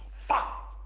fuck!